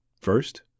First